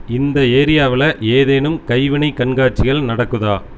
இந்த ஏரியாவில் ஏதேனும் கைவினைக் கண்காட்சிகள் நடக்குதா